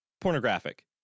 pornographic